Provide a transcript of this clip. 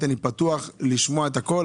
שאני פתוח לשמוע את הכול,